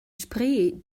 spree